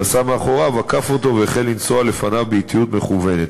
שנסע מאחוריו עקף אותו והחל לנסוע לפניו באטיות מכוונת.